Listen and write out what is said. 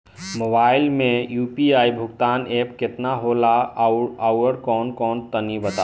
Mobile म UPI भुगतान app केतना होला आउरकौन कौन तनि बतावा?